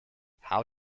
how